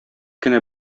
кенә